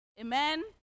Amen